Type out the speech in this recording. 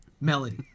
melody